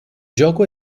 gioco